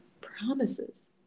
promises